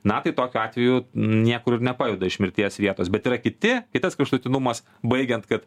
na tai tokiu atveju niekur ir nepajuda iš mirties vietos bet yra kiti kitas kraštutinumas baigiant kad